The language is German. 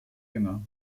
jünger